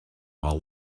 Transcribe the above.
while